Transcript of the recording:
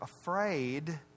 afraid